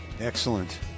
Excellent